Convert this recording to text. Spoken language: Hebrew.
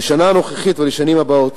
בשנה הנוכחית ולשנים הבאות